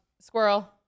Squirrel